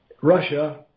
Russia